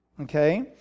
okay